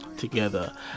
together